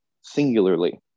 singularly